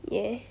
ya